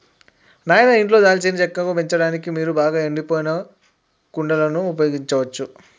నాయిన ఇంట్లో దాల్చిన చెక్కను పెంచడానికి మీరు బాగా ఎండిపోయిన కుండలను ఉపయోగించచ్చు